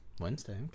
Wednesday